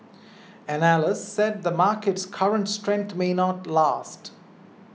analysts said the market's current strength may not last